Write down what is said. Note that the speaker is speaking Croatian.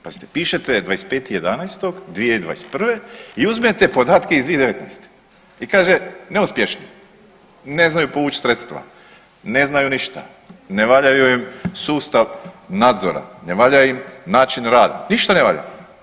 Pazite, pišete 25.11.2021. i uzmete podatke iz 2019. i kaže neuspješno, ne znaju povući sredstva, ne znaju ništa, ne valja im sustav nadzora, ne valja im način rada, ništa ne valja.